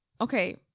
okay